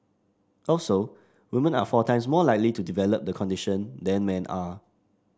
also woman are four times more likely to develop the condition than men are